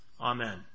Amen